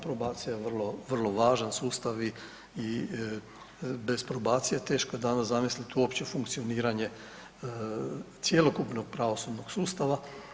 Probacija je vrlo važan sustav i bez probacije teško je danas zamisliti uopće funkcioniranje cjelokupnog pravosudnog sustava.